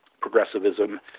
progressivism